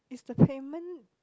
is the payment